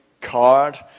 card